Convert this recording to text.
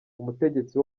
umutegetsi